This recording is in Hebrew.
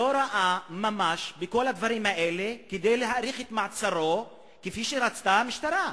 לא ראה ממש בכל הדברים האלה כדי להאריך את מעצרו כפי שרצתה המשטרה?